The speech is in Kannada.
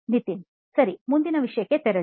ನಿತಿನ್ ಸರಿ ಮುಂದಿನ ವಿಷಯಕ್ಕೆ ತೆರಳಿ